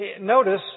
Notice